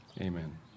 amen